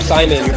Simon